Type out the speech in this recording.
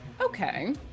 Okay